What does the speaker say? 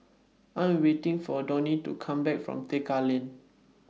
I Am waiting For Donie to Come Back from Tekka Lane